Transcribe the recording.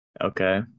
Okay